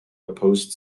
opposed